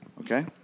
Okay